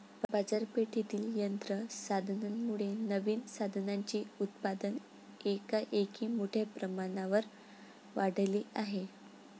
बाजारपेठेतील यंत्र साधनांमुळे नवीन साधनांचे उत्पादन एकाएकी मोठ्या प्रमाणावर वाढले आहे